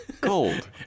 Gold